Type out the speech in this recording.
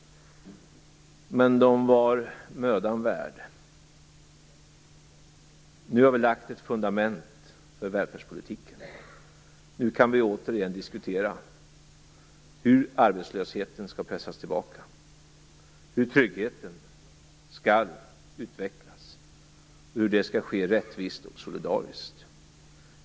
Men de var mödan värd. Nu har vi lagt ett fundament för välfärdspolitiken. Nu kan vi återigen diskutera hur arbetslösheten skall pressas tillbaka, hur tryggheten skall utvecklas och hur detta skall ske rättvist och solidariskt.